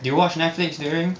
you watch Netflix during